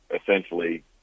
essentially